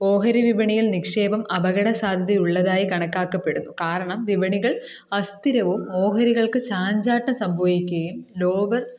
ഓഹരി വിപണിയിൽ നിക്ഷേപം അപകട സാധ്യതയുള്ളതായി കണക്കാക്കപ്പെടുന്നു കാരണം വിപണികൾ അസ്ഥിരവും ഓഹരികൾക്ക് ചാഞ്ചാട്ടം സംഭവിക്കുകയും ലോവർ